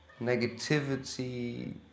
Negativity